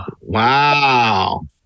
Wow